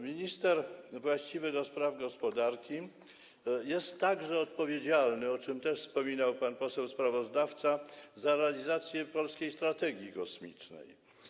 Minister właściwy do spraw gospodarki jest także odpowiedzialny, o czym wspominał pan poseł sprawozdawca, za realizację polskiej strategii kosmicznej.